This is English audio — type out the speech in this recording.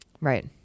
Right